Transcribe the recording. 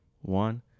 one